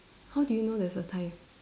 how do you know there's a tie